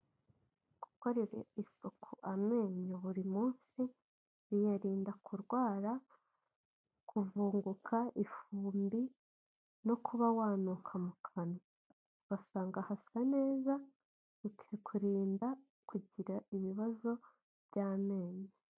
Gukorera isuku amenyo buri munsi biyarinda kurwara, kuvunguka, ifumbi no kuba wanuka mu kanwa, ugasanga hasa neza, bikakurinda kugira ibibazo by'amenyo.